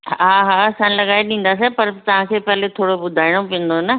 हा हा असां लॻाए ॾींदासीं पर तव्हांखे पहिरियों थोरो ॿुधाइणो पवंदो न